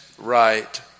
right